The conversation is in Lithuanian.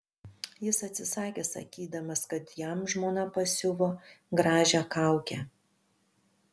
jis atsisakė sakydamas kad jam žmona pasiuvo gražią kaukę